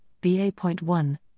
BA.1